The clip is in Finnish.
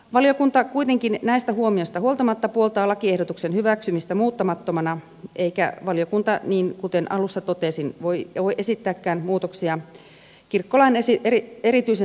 valiokunta kuitenkin näistä huomioista huolimatta puoltaa lakiehdotuksen hyväksymistä muuttamattomana eikä valiokunta kuten alussa totesin voi esittääkään muutoksia kirkkolain erityisen säätämisjärjestyksen vuoksi